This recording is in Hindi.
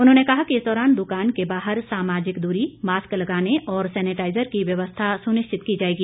उन्होंने कहा कि इस दौरान दुकान के बाहर सामाजिक दूरी मास्क लगाने और सैनेटाईजर की व्यवस्था सुनिश्चित की जाएगी